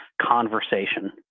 conversation